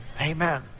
Amen